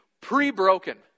pre-broken